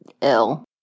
ill